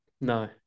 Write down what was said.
No